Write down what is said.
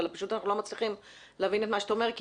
אבל פשוט אנחנו לא מצליחים להבין את מה שאתה אומר כי